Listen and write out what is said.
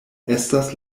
estas